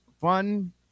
fun